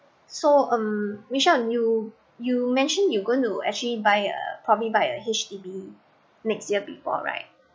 so um michelle you you mention you going actually buy a probably buy a H_D_B next year before right